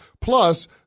Plus